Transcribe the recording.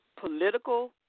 political